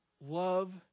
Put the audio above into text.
Love